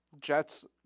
Jets